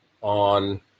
on